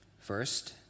First